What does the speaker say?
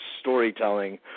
storytelling